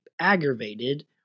aggravated